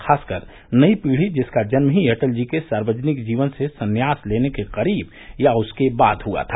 खासकर नई पीढ़ी जिसका जन्म ही अटल जी के सार्वजनिक जीवन से सन्यास लेने के करीब या उसके बाद हुआ था